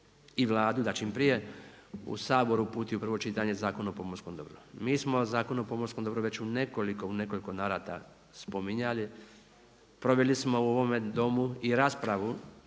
i Vladu, da čim prije u Sabor uputi u prvo čitanje Zakon o pomorskom dobru. Mi smo Zakon o pomorskom dobru već u nekoliko, u nekoliko navrata spominjali. Proveli smo u ovome Domu i raspravu